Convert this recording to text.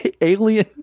alien